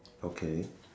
okay